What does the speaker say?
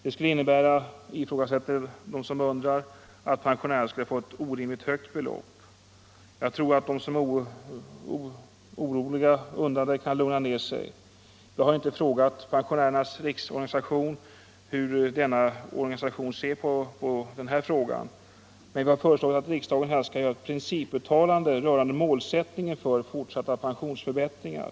Det skölle innebära, anser de som undrar, Onsdagen den att pensionärerna skulle få ett orimligt högt belopp. Jag tror att de som 4 december 1974 är oroliga kan lugna ner sig. Vi har inte frågat PRO hur organisationen ser på denna fråga, men vi har föreslagit att riksdagen skall göra ett — Sänkning av den principuttalande rörande målsättningen för fortsatta pensionsförbättringar.